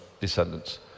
descendants